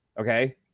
Okay